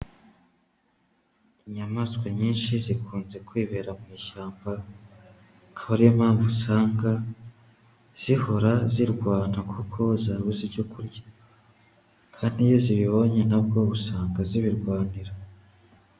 Inyamaswa nyinshi zikunze kwibera mu ishyamba, akaba ariyo mpamvu usanga zihora zirwana kuko zabuze ibyo kurya, kandi iyo zibibonye na bwo usanga zibirwanira.